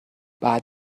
بعد